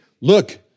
look